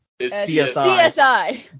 CSI